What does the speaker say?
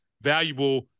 valuable